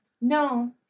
No